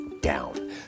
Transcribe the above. down